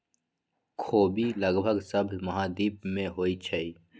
ख़ोबि लगभग सभ महाद्वीप में होइ छइ